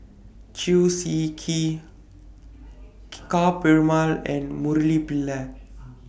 Chew Swee Kee Ka Perumal and Murali Pillai